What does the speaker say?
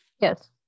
yes